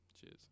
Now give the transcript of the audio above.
Cheers